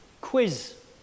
Quiz